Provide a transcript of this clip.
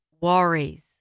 worries